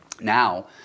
Now